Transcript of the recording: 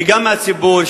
וגם מהציבור,